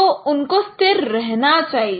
तो उनको स्थिर रहना चाहिए